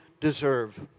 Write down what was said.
deserve